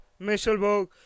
Michelberg